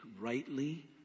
rightly